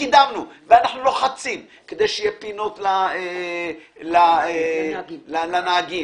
וקידמנו ואנחנו לוחצים כדי שיהיו פינות התרעננות לנהגים.